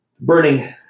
Burning